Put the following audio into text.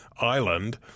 island